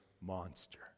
monster